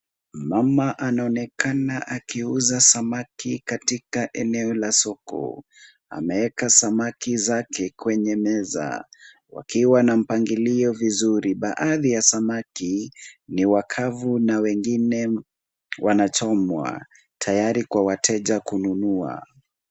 Mama anaonekana akiuza samaki katika eneo la soko. Ameweka samaki zake kwenye meza wakiwa na mpangilio vizuri. Baadhi ya samaki ni wakavu na wengine wanachomwa tayari kwa wateja kununua.